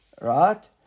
right